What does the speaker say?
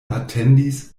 atendis